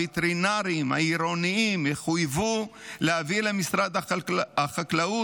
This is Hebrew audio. הווטרינרים העירוניים יחויבו להעביר למשרד החקלאות